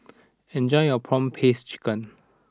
enjoy your Prawn Paste Chicken